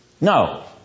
No